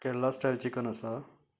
Kerala style chicken आसा